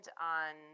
on